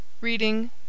Reading